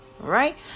right